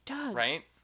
right